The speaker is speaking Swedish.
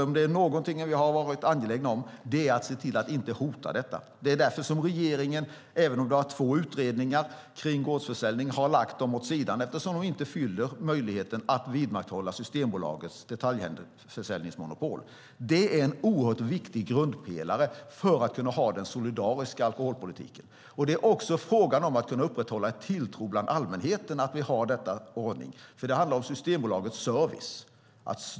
Om det är något som vi har varit angelägna om så är det att inte hota detta. Det är därför som regeringen har lagt två utredningar om gårdsförsäljning åt sidan. De ger inte tillräckliga möjligheter att vidmakthålla Systembolagets detaljhandelsmonopol. Det är en oerhört viktig grundpelare för att vi ska kunna ha den solidariska alkoholpolitiken. Det är också fråga om att kunna upprätthålla en tilltro hos allmänheten att vi har denna ordning eftersom det handlar om Systembolagets service.